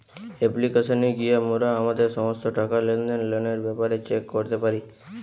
অ্যাপ্লিকেশানে গিয়া মোরা আমাদের সমস্ত টাকা, লেনদেন, লোনের ব্যাপারে চেক করতে পারি